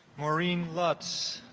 maureen lutz